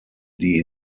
die